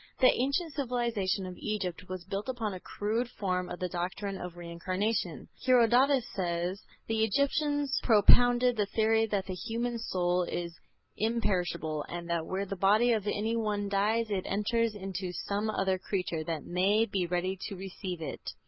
the ancient civilization of egypt was built upon a crude form of the doctrine of reincarnation. herodotus says the egyptians propounded the theory that the human soul is imperishable, and that where the body of any one dies it enters into some other creature that may be ready to receive it.